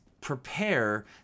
prepare